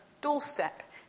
doorstep